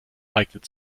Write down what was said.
eignet